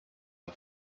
are